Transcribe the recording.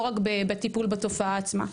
לא רק בטיפול בבעיה עצמה.